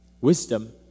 Wisdom